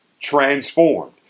transformed